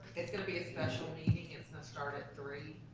it's gonna be a special meeting. it's gonna start at three